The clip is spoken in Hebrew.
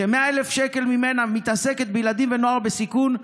ש-100,000 שקל ממנה מתעסקים בילדים ונוער בסיכון,